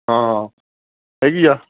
ਹਾਂ ਹੈਗੀ ਆ